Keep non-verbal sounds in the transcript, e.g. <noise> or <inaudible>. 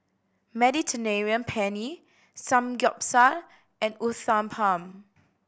<unintelligible> Penne Samgeyopsal and Uthapam